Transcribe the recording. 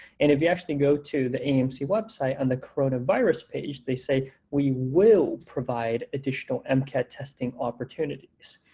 and if you actually go to the aamc website on the coronavirus page, they say we will provide additional mcat testing opportunities.